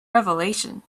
revelation